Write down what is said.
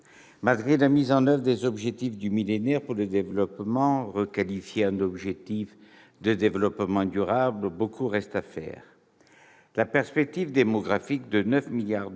Malgré la mise en oeuvre des objectifs du millénaire pour le développement, requalifiés en objectifs de développement durable, beaucoup reste à faire. La perspective démographique de 9 milliards d'hommes